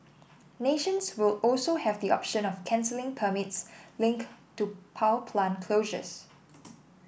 nations will also have the option of cancelling permits linked to power plant closures